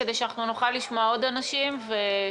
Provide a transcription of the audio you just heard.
כדי שאנחנו נוכל לשמוע עוד אנשים ולהספיק.